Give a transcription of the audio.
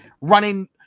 running